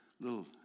little